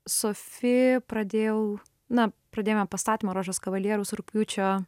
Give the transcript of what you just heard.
sofi pradėjau na pradėjome pastatymą rožės kavalieriaus rugpjūčio